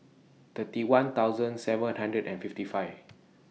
thirty one thousand seven hundred and fifty five